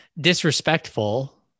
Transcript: disrespectful